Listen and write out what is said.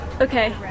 Okay